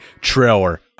trailer